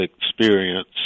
experience